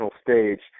stage